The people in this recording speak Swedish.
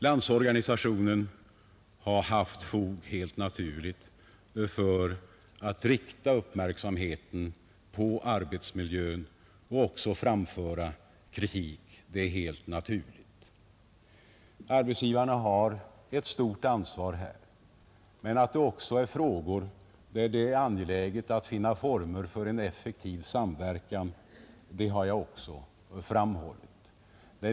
Landsorganisationen har helt naturligt haft fog för att rikta uppmärksamheten på arbetsmiljön och att framföra kritik. Arbetsgivarna har ett stort ansvar. Men jag har också framhållit att detta är frågor där det är angeläget att finna former för en effektiv samverkan.